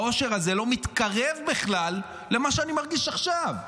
האושר הזה לא מתקרב בכלל למה שאני מרגיש עכשיו.